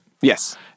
Yes